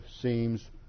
seems